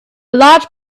large